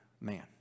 man